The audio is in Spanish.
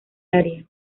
área